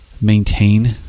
maintain